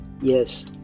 Yes